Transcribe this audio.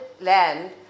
land